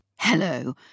Hello